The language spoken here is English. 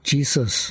Jesus